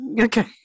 okay